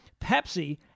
Pepsi